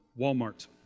Walmart